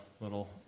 little